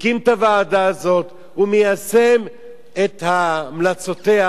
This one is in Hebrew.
הקים את הוועדה הזאת ומיישם את המלצותיה.